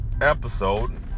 episode